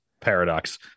paradox